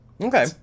Okay